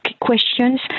questions